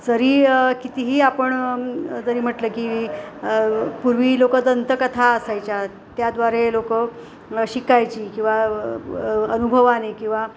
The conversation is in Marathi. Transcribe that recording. जरी कितीही आपण जरी म्हटलं की पूर्वी लोक दंतकथा असायच्या त्याद्वारे लोक शिकायची किंवा अनुभवाने किंवा